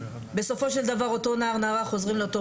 בסופו של דבר אותו נערה/נער חוזרים לאותו